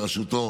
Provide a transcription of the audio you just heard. בראשותו